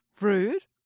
rude